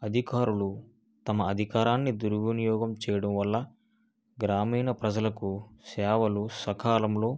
అధికారులు తమ అధికారాన్ని దుర్వినియోగం చేయడం వల్ల గ్రామీణ ప్రజలకు సేవలు సకాలంలో